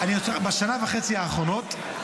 בשנה וחצי האחרונות,